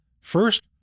First